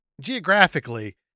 geographically